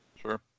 Sure